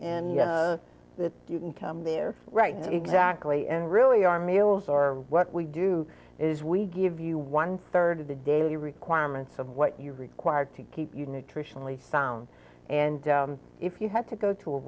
and that you can come there right now exactly and really our meals or what we do is we give you one third of the daily requirements of what you are required to keep you nutritionally sound and if you had to go to a